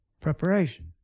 Preparation